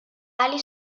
ali